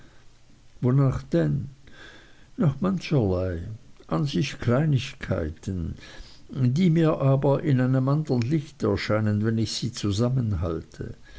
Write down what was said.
wonach denn nach mancherlei an sich kleinigkeiten die mir aber in einem andern licht erscheinen wenn ich sie zusammenhalte